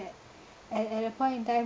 at at that point in time